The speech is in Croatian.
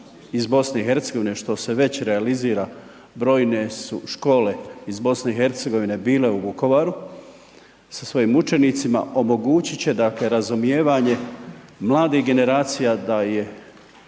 iz BiH što se već realizira brojne su škole iz BiH bile u Vukovaru sa svojim učenicima omogućit će dakle razumijevanje mladih generacija da